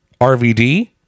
RVD